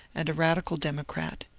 and a radical democrat.